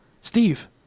Steve